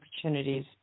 opportunities